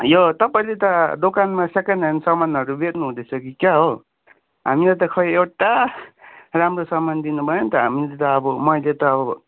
यो तपाईँले त दोकानमा सेकेन्ड हेन्ड सामानहरू बेच्नुहुँदैछ कि क्या हो हामीलाई त खोइ एउटा राम्रो समान दिनुभएन त हामीले त अब मैले त अब